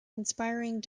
inspiring